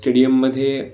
स्टेडियममध्ये